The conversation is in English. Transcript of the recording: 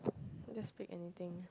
just pick anything